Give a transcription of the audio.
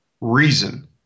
reason